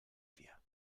wir